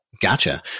Gotcha